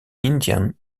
indian